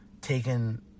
taken